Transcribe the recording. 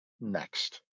next